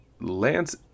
lance